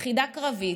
של יחידה קרבית,